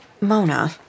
Mona